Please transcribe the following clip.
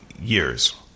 years